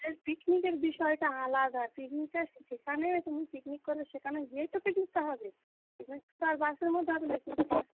পিকনিকের বিষয়টা আলাদা পিকনিকটা যেখানেই তুমি পিকনিক করবে সেখানে গিয়েই তো পিকনিকটা হবে পিকনিক তো আর বাসের মধ্যে হবে না